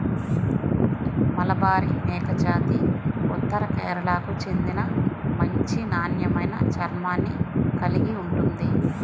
మలబారి మేకజాతి ఉత్తర కేరళకు చెందిన మంచి నాణ్యమైన చర్మాన్ని కలిగి ఉంటుంది